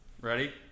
Ready